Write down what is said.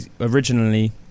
originally